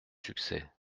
succès